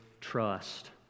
trust